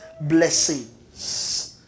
blessings